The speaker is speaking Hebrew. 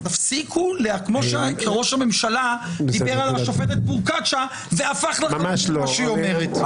כמו שראש הממשלה דיבר על השופטת פרוקצ'יה והפך את מה שהיא אומרת.